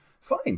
fine